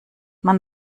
man